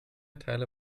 teile